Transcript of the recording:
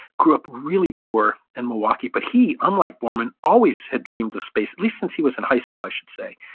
grew up really poor in milwaukee. but he, unlike borman, always had dreamed of space, at least since he was in high school, i should say.